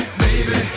baby